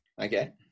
Okay